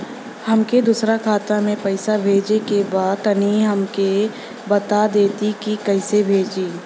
हमके दूसरा खाता में पैसा भेजे के बा तनि हमके बता देती की कइसे भेजाई?